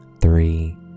three